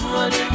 one